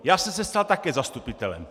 Já jsem se stal také zastupitelem.